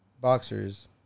boxers